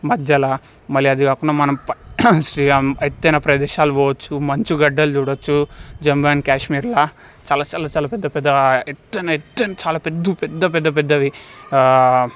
మధ్యల మళ్లీ అది కాకుండా మనం పక్కన ఎత్తైన ప్రదేశాలు పోవచ్చు మంచుగడ్డలు చూడొచ్చు జమ్మూ అండ్ కాశ్మీర్ల ఇలా చాలా చాలా చాలా పెద్ద పెద్ద ఎత్తైన ఎత్తైన చాలా పెద్ద పెద్ద పెద్ద పెద్దవి